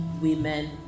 women